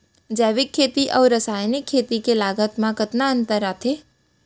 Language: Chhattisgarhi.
जैविक खेती अऊ रसायनिक खेती के लागत मा कतना अंतर आथे?